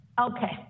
okay